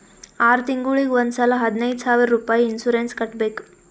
R ತಿಂಗುಳಿಗ್ ಒಂದ್ ಸಲಾ ಹದಿನೈದ್ ಸಾವಿರ್ ರುಪಾಯಿ ಇನ್ಸೂರೆನ್ಸ್ ಕಟ್ಬೇಕ್